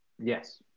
Yes